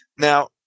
Now